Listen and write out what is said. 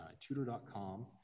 tutor.com